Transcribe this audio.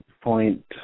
point